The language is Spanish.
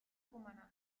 cumaná